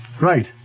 Right